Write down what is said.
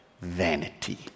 vanity